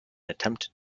attempt